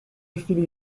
chwili